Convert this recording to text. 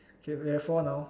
okay we have four now